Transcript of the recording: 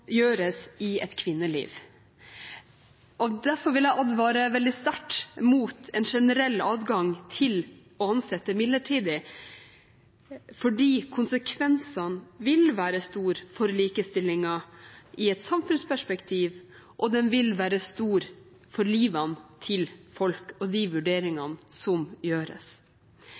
i et kvinneliv. Jeg vil advare veldig sterkt mot en generell adgang til å ansette midlertidig, fordi konsekvensene vil være store for likestillingen i et samfunnsperspektiv, for livet til folk og de vurderingene som gjøres. Jeg savner en konsekvensutredning og